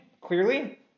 Clearly